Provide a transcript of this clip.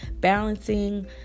balancing